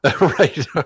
Right